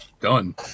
done